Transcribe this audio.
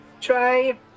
try